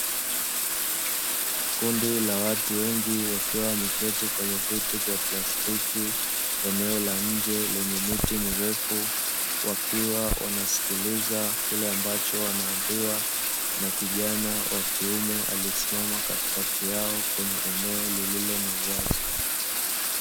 Kundi la watu wengi wakiwa wameketi kwenye viti vya plastiki, eneo la nje lenye miti mirefu wakiwa wanasikiliza kile ambacho wanaambiwa na kijana wa kiume aliyesimama katikati yao kwenye eneo lililo na uwazi.